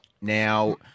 Now